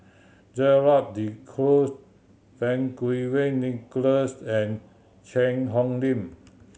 Gerald De Cruz Fang Kuo Wei Nicholas and Cheang Hong Lim